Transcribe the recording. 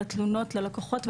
לתלונות ללקוחות,